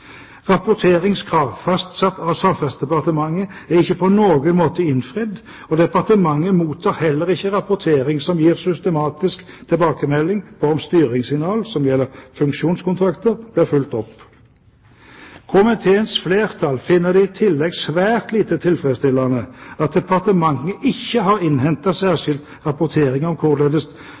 Rapporteringskrav fastsatt av Samferdselsdepartementet er ikke på noen måte innfridd, og departementet mottar heller ikke rapportering som gir systematisk tilbakemelding på om styringssignaler som gjelder funksjonskontrakter, blir fulgt opp. Komiteens flertall finner det i tillegg svært lite tilfredsstillende at departementet ikke har innhentet særskilt rapportering om